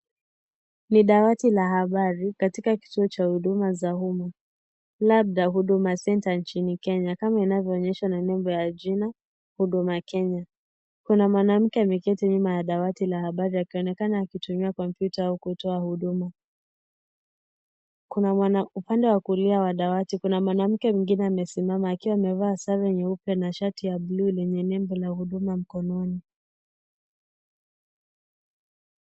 Ni dawati la habari katika kituo cha huduma za umma, labda Huduma Centre nchini Kenya kama inavyoonyeshwa na nembo ya jina huduma Kenya. Kuna mwanamke ameketi nyuma ya dawati la habari akionekana akitumia kompyuta kutoa huduma. Kuna upande wa kulia wa dawati kuna mwanamke mwingine amesimama akiwa amevaa sare nyeupe na shati ya bluu lenye lebo ya huduma mkononi.